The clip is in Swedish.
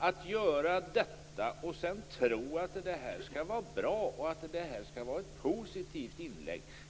Det tyder på inkompetens i handläggningen att göra så och tro att det skall vara ett positivt inlägg.